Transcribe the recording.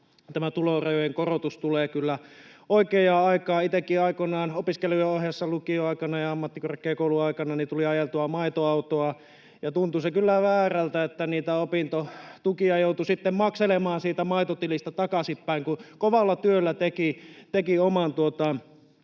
Tämä tulorajojen korotus tulee kyllä oikeaan aikaan. Itsekin aikoinaan opiskelujen ohessa lukioaikana ja ammattikorkeakouluaikana tuli ajeltua maitoautoa, ja tuntui se kyllä väärältä, että niitä opintotukia joutui sitten makselemaan siitä maitotilistä takaisin päin, kun kovalla työllä teki oman